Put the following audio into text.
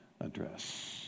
address